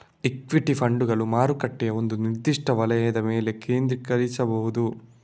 equity ಫಂಡುಗಳು ಮಾರುಕಟ್ಟೆಯ ಒಂದು ನಿರ್ದಿಷ್ಟ ವಲಯದ ಮೇಲೆ ಕೇಂದ್ರೀಕರಿಸಬಹುದು